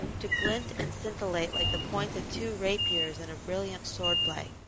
to glint and scintillate like the points of two rapiers in a brilliant sword play,